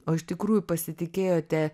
o iš tikrųjų pasitikėjote